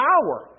power